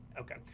Okay